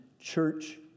church